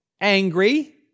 angry